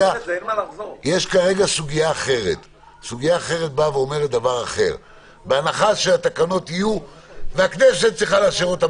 יש כרגע סוגיה אחרת שאומרת בהנחה שהתקנות יהיו והכנסת צריכה לאשר אותן